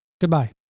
Goodbye